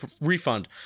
refund